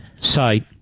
site